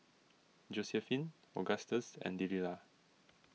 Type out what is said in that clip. Josiephine Agustus and Delila